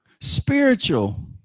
spiritual